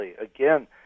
again